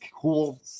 cool